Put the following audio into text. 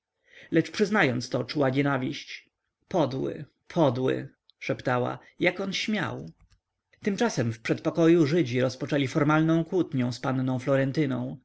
lecz przyznając to czuła nienawiść podły podły szeptała jak on śmiał tymczasem w przedpokoju żydzi rozpoczęli formalną kłótnią z panną